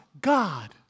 God